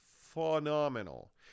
phenomenal